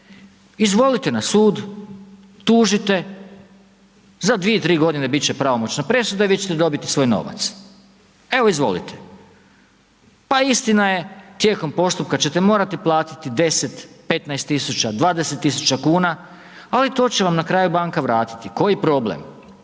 Izvolite na sud, tužite, za 2, 3 godine biti će pravomoćna presuda i vi ćete dobiti svoj novac. Evo, izvolite. Pa istina je, tijekom postupka ćete morati platiti 10, 15 tisuća, 20 tisuća kuna, ali to će vam na kraju banka vratiti. Koji problem?